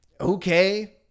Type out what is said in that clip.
Okay